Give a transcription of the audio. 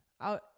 out